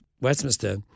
Westminster